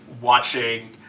watching